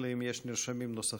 אלא אם כן יש נרשמים נוספים.